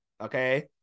Okay